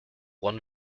one